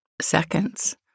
seconds